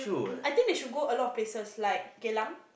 I think they should go a lot of places like Geylang